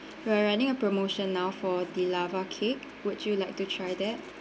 we're running a promotion now for the lava cake would you like to try that